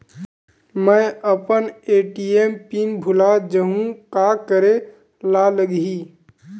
मैं अपन ATM PIN भुला जहु का करे ला लगही?